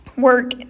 Work